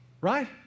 right